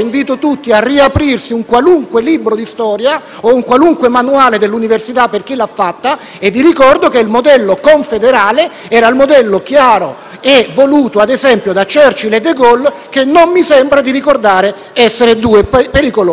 Invito tutti, allora, a riaprire un qualunque libro di storia o un qualunque manuale dell'università, per chi l'ha fatta, e ricordo che il modello confederale era quello chiaramente voluto, ad esempio, da Churchill e De Gaulle, che non mi sembra di ricordare fossero due pericolosi